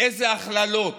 איזה הכללות.